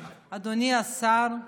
אדוני השר,